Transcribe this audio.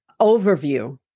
overview